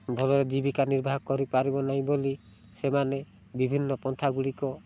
ଭଲରେ ଜୀବିକା ନିର୍ବାହ କରିପାରିବ ନାହିଁ ବୋଲି ସେମାନେ ବିଭିନ୍ନ ପନ୍ଥାଗୁଡ଼ିକ